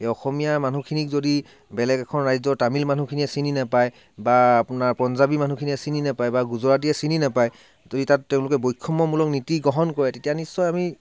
এই অসমীয়া মানুহখিনিক যদি বেলেগ এখন ৰাজ্যৰ তামিল মানুহখিনিয়ে চিনি নাপাই বা আপোনাৰ পঞ্জাৱী মানুহখিনিয়ে চিনি নাপাই বা গুজৰাটীয়ে চিনি নাপাই ত' তাত তেওঁলোকে বৈষম্যমূলক নীতি গ্ৰহণ কৰে তেতিয়া নিশ্চয় আমি